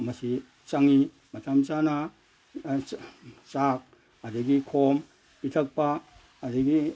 ꯃꯁꯤ ꯆꯪꯉꯤ ꯃꯇꯝ ꯆꯥꯅ ꯆꯥꯛ ꯑꯗꯒꯤ ꯈꯣꯝ ꯄꯤꯊꯛꯄ ꯑꯗꯒꯤ